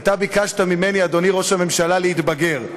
כי אתה ביקשת ממני, אדוני ראש הממשלה, להתבגר.